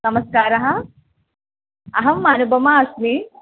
नमस्कारः अहं अनुपमा अस्मि